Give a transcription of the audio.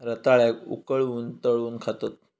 रताळ्याक उकळवून, तळून खातत